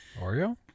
Oreo